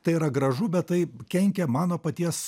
tai yra gražu bet tai kenkia mano paties